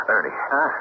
Ernie